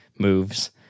moves